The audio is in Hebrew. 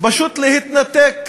פשוט להתנתק